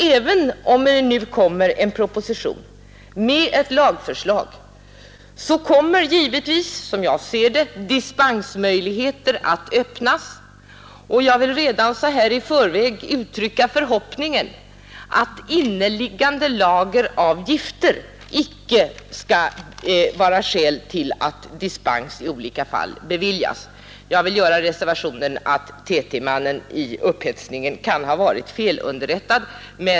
Även om det läggs fram en proposition i detta ärende med förslag till lag, så kommer det givetvis att öppnas dispensmöjligheter, men jag vill då redan så här i förväg uttrycka förhoppningen att inneliggande lager av gifter icke skall få vara skäl för att dispens i olika fall beviljas. Jag vill emellertid här göra den reservationen att TT-mannen i upphetsningen kan ha varit felunderrättad.